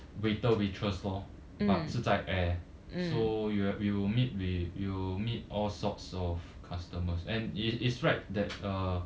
waiter waitress lor but 是在 air so you will you will meet we you meet all sorts of customers and it is right that uh